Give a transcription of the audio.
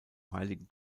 heiligen